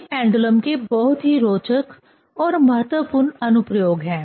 ये पेंडुलम के बहुत ही रोचक और महत्वपूर्ण अनुप्रयोग हैं